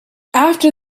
after